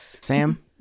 Sam